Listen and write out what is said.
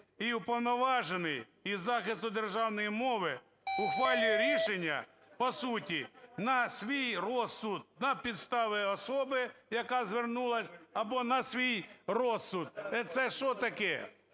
І Уповноважений із захисту державної мови ухвалює рішення по суті на свій розсуд, на підставі особи, яка звернулася, або на свій розсуд. Це що таке?